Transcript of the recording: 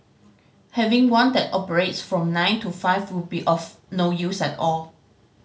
having one that operates from nine to five will be of no use at all